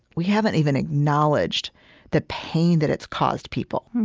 we haven't even acknowledged the pain that it's caused people.